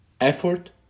effort